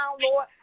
Lord